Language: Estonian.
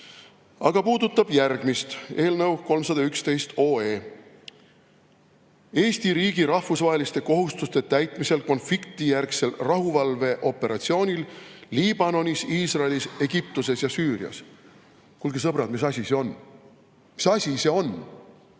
aga puudutab järgmist eelnõu 311, mis käsitleb Eesti riigi rahvusvaheliste kohustuste täitmist konfliktijärgsel rahuvalveoperatsioonil Liibanonis, Iisraelis, Egiptuses ja Süürias. Kuulge, sõbrad, mis asi see on? Mis asi see on?!